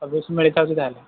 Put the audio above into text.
ସବୁ କିଛି ମିଳି ଥାଉଛି ତାହେଲେ